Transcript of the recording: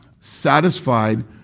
satisfied